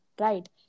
right